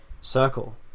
circle